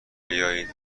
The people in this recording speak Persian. بیاید